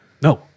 No